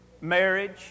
marriage